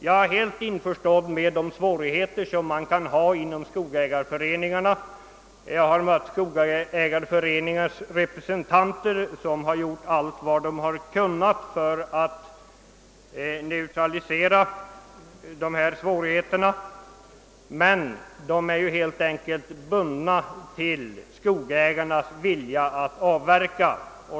Jag är helt införstådd med skogsägarföreningarnas svårigheter därvidlag, och jag har träffat representanter för skogsägarföreningarna som gjort allt vad de kunnat för att övervinna svårigheterna. Men de har helt enkelt varit bundna av skogsägarnas vilja att avverka.